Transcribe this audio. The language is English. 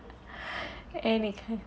and they can't